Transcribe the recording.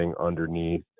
underneath